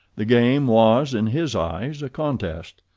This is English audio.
the game was in his eyes a contest,